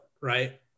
Right